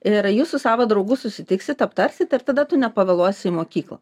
ir jūs su savo draugu susitiksit aptarsit ir tada tu nepavėluosi į mokyklą